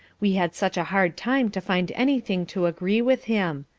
we had such a hard time to find anything to agree with him.